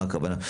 מה הכוונה?